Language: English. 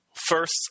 First